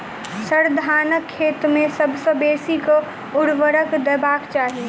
sir, धानक खेत मे सबसँ बेसी केँ ऊर्वरक देबाक चाहि